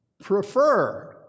prefer